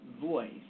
voice